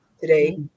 today